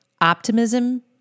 optimism